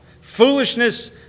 Foolishness